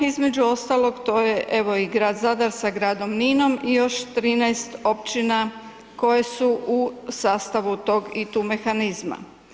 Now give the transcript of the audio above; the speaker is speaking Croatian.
Između ostalog, to je, evo i grad Zadar sa gradom Ninom i još 13 općina koje su u sastavu tog ITU mehanizma.